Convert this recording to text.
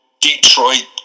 Detroit